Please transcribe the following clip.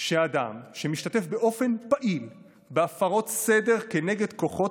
שאדם שמשתתף באופן פעיל בהפרות סדר כנגד כוחות